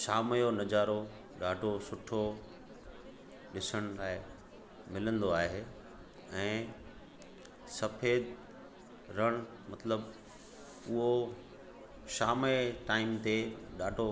शाम जो नज़ारो ॾाढो सुठो ॾिसण लाइ मिलंदो आहे ऐं सफेद रण मतिलबु उहो शाम जे टाईम ते ॾाढो